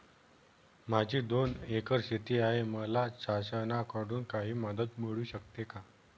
माझी दोन एकर शेती आहे, मला शासनाकडून काही मदत मिळू शकते का?